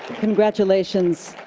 congratulations.